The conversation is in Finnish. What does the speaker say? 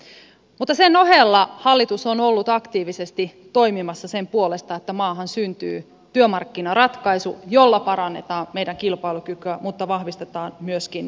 mutta sen ohella hallitus on ollut aktiivisesti toimimassa sen puolesta että maahan syntyy työmarkkinaratkaisu jolla parannetaan meidän kilpailukykyämme mutta vahvistetaan myöskin työllisyyttä